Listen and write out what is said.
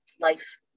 life